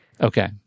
Okay